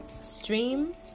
Stream